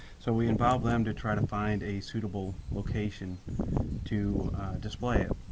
so we involve them to try to find a suitable location to display it.